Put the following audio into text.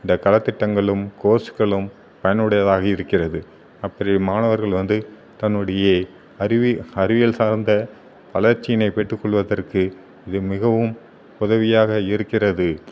இந்த கலத்திட்டங்களும் கோர்ஸ்களும் பயனுடையதாக இருக்கிறது அப்படி மாணவர்கள் வந்து தன்னுடைய அறிவி அறிவியல் சார்ந்த வளர்ச்சியினை பெற்று கொள்வதற்கும் இது மிகவும் உதவியாக இருக்கிறது